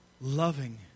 loving